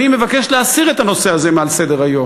אני מבקש להסיר את הנושא הזה מסדר-היום.